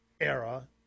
era